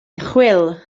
chwil